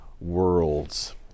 worlds